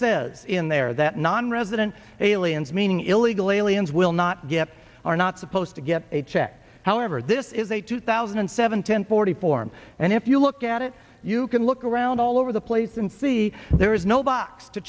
says in there that nonresident aliens meaning illegal aliens will not get are not supposed to get a check however this is a two thousand and seven ten forty form and if you look at it you can look around all over the place and see there is no box to